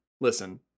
Listen